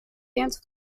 dance